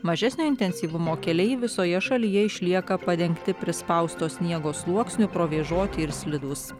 mažesnio intensyvumo keliai visoje šalyje išlieka padengti prispausto sniego sluoksniu provėžoti ir slidūs